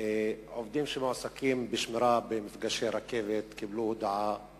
עובדים שמועסקים בשמירה במפגשי רכבת קיבלו הודעה על